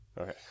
Okay